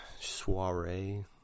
soiree